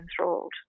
enthralled